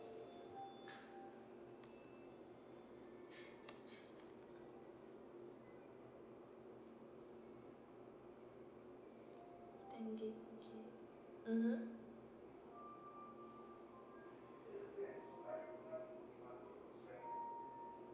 ten gig two G mmhmm